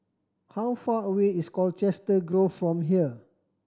how far away is Colchester Grove from here